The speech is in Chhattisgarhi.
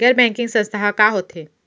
गैर बैंकिंग संस्था ह का होथे?